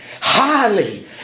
Highly